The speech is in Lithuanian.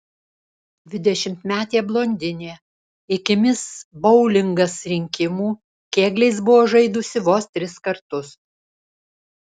dvidešimtmetė blondinė iki mis boulingas rinkimų kėgliais buvo žaidusi vos tris kartus